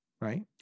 Right